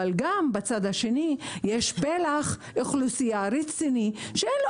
אבל בצד השני יש פלח אוכלוסייה גדול שאין לו